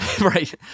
right